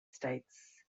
states